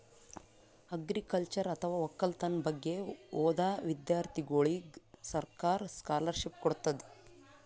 agriculture ಅಥವಾ ವಕ್ಕಲತನ್ ಬಗ್ಗೆ ಓದಾ ವಿಧ್ಯರ್ಥಿಗೋಳಿಗ್ ಸರ್ಕಾರ್ ಸ್ಕಾಲರ್ಷಿಪ್ ಕೊಡ್ತದ್